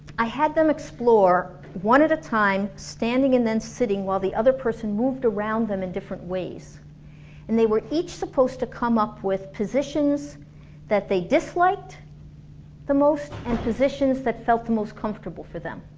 i had them explore, one at a time, standing and sitting while the other person moved around them in different ways and they were each supposed to come up with positions that they disliked the most and positions that felt the most comfortable for them